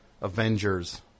Avengers